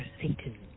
Satan